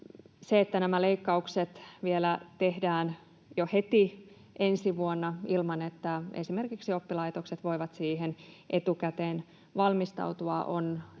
Se, että nämä leikkaukset vielä tehdään jo heti ensi vuonna ilman, että esimerkiksi oppilaitokset voivat siihen etukäteen valmistautua, on